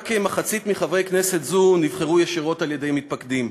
רק כמחצית מחברי כנסת זו נבחרו ישירות על-ידי מתפקדים.